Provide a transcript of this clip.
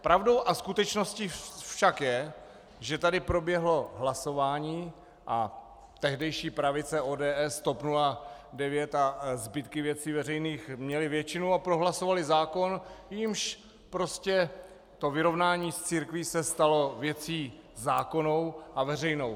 Pravdou a skutečností však je, že tady proběhlo hlasování a tehdejší pravice ODS, TOP 09 a zbytky Věcí veřejných měly většinu a prohlasovaly zákon, jímž prostě vyrovnání s církví se stalo věcí zákonnou a veřejnou.